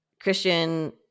Christian